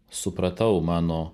supratau mano